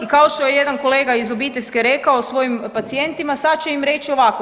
I kao što je jedan kolega iz obiteljske rekao svojim pacijentima, sad će im reći ovako.